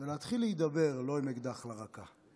ולהתחיל להידבר לא עם אקדח לרקה.